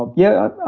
but yeah.